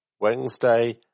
Wednesday